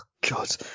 god